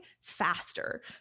faster